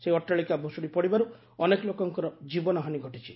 ସେହି ଅଟ୍ଟାଳିକା ଭୁଶୁଡ଼ି ପଡ଼ିବାରୁ ଅନେକ ଲୋକଙ୍କର ଜୀବନହାନି ଘଟିଛି